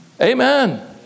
Amen